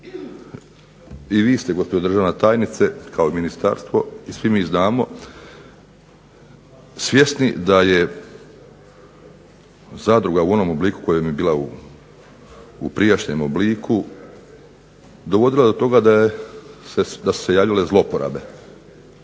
i vi ste gospođo državna tajnice i ministarstvo i svi mi znamo svjesni da je zadruga u onom obliku u kojem je bila u prijašnjem obliku dovodila do toga da su se javile zloporabe,